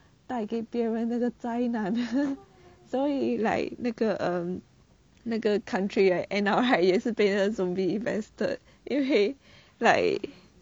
带给别人的灾难所以 like 那个 um 那个 country end up right 也是被那个 zombie invested 因为 like